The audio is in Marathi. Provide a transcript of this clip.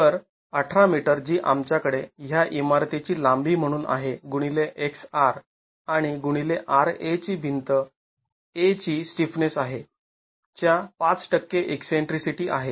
तर १८ मीटर जी आमच्याकडे ह्या इमारतीची लांबी म्हणून आहे गुणिले x R आणि गुणिले R A जी भिंत A ची स्टिफनेस आहे च्या ५ टक्के ईकसेंट्रीसिटी आहे